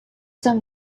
some